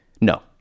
No